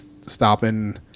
stopping